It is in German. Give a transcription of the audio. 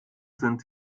sind